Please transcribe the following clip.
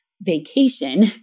vacation